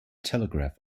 telegraph